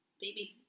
baby